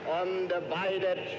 undivided